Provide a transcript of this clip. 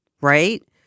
right